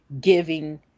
giving